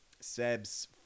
Seb's